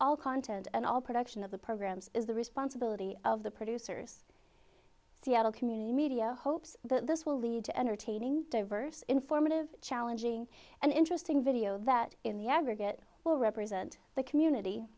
all content and all production of the programs is the responsibility of the producers seattle community media hopes that this will lead to entertaining diverse informative challenging and interesting video that in the aggregate will represent the community